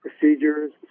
procedures